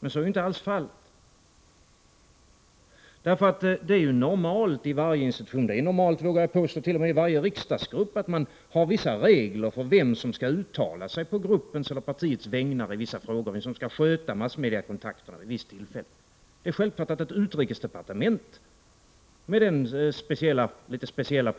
Men så är inte alls fallet. Det är ju normalt i varje institution — t.o.m. i varje riksdagsgrupp, det vågar jag påstå — att man har vissa regler för vem som skall uttala sig på gruppens eller partiets vägnar i vissa frågor, vem som skall sköta massmediakontakterna vid visst tillfälle. Det är självklart att ett utrikesdepartement, med det litet speciella